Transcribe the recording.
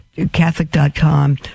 Catholic.com